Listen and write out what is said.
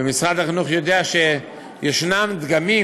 ומשרד החינוך יודע שישנם דגמים